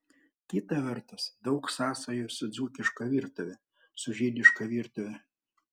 kita vertus daug sąsajų su dzūkiška virtuve su žydiška virtuve